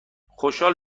خوشحال